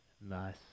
Nice